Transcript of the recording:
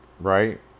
right